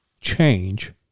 change